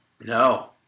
No